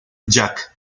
jack